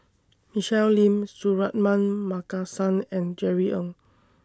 Michelle Lim Suratman Markasan and Jerry Ng